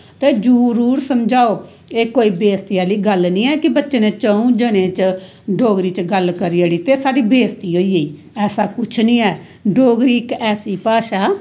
ते जरूर समझाओ एह् कोई बेशती आह्ली गल्ल नी ऐ कि बच्चे नै च'ऊं जनें च डोगरी च गल्ल करी ओड़ी ते साढ़ी बेशती होई गेई ऐसा कुछ नी ऐ डोगरी इक ऐसी भाखा